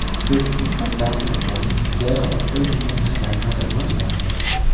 could you come back in the morning, he said, i'm afraid we don't have that kind of money on hand.